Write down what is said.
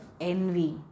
envy